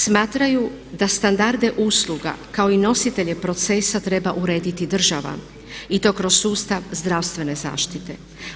Smatraju da standarde usluga kao i nositelje procesa treba urediti država i to kroz sustav zdravstvene zaštite.